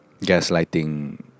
gaslighting